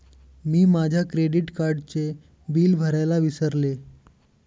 मी माझ्या क्रेडिट कार्डचे बिल भरायला विसरले